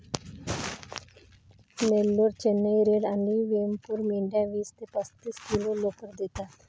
Nellore, Chennai red आणि वेमपूर मेंढ्या वीस ते पस्तीस किलो लोकर देतात